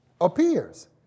appears